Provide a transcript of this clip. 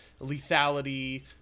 lethality